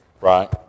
right